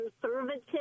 conservative